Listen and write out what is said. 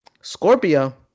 Scorpio